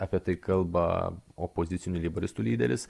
apie tai kalba opozicinių leiboristų lyderis